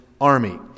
army